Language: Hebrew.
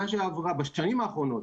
בשנים האחרונות